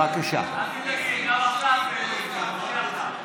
בדרך כלל אתה מוציא אותי בקריאה ראשונה.